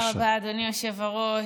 תודה רבה, אדוני היושב-ראש.